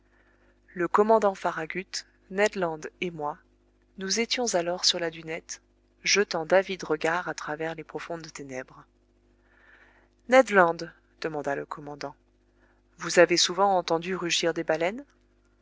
le commandant farragut ned land et moi nous étions alors sur la dunette jetant d'avides regards à travers les profondes ténèbres ned land demanda le commandant vous avez souvent entendu rugir des baleines